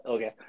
Okay